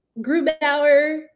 grubauer